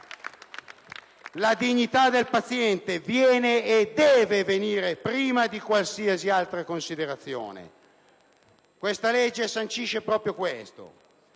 La dignità del paziente viene e deve venire prima di qualsiasi altra considerazione. Questa legge sancisce proprio questo,